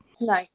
No